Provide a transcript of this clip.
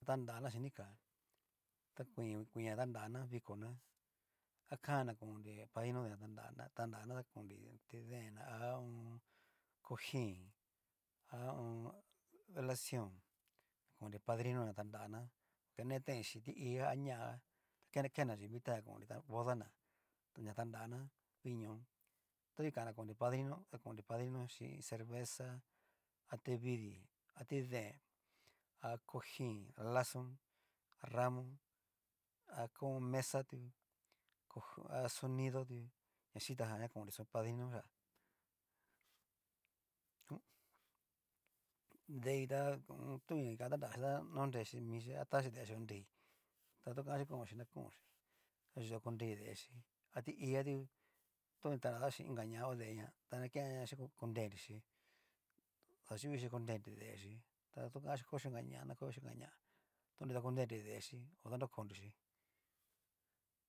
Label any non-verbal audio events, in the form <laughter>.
Tanrana chín nika, ta koin ña tanrana vikóna akana konrí padrino ña tanrana, tanrana ta konri tideen ná ha a un. cojin ha a un. velacion konri padrino na tanrana, ta netain chín ti'i a ña'a kena kena invitar yu na konri bodana tanrana viñoo tu ni kana na konri padrino ta konri padrno chí cerveza, ha tevidii, a ti deen, ha cojin, lazon, ramo a kon mesa tú, a sonido tú, ña xitajan na konri padrino xia, <hesitation> deita hu u un. tu ña ni tanraxi ta na konrechimixhí, atachí deechi korei ta to kanxhi konxhi na konxhí, tu yu ta konrei dexhí, a ti'i tu to ni tanrata xin inka ña ho deeña ta na kenñachi konrenir chí, xayuchi konreri deechí ta toanxi koxhi xin inka ñáa na kochi xin inña ñáa to konreri deexi o danrokonrixí.